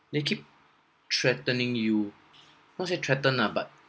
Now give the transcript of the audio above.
they keep threatening you not say threaten lah but